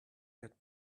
had